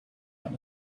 out